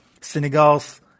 Senegal's